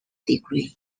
degree